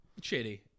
shitty